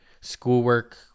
schoolwork